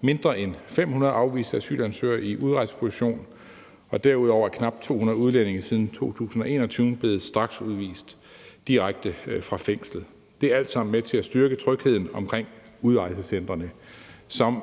mindre end 500 afviste asylansøgere i udrejseposition, og derudover er knap 200 udlændinge siden 2021 blevet straksudvist direkte fra fængslet. Det er alt sammen med til at styrke trygheden omkring udrejsecentrene, som